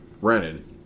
rented